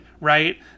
Right